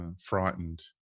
frightened